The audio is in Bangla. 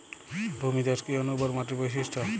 ভূমিধস কি অনুর্বর মাটির বৈশিষ্ট্য?